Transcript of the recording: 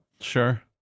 Sure